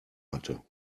hatte